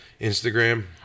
instagram